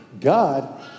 God